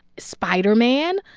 spider-man,